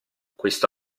questo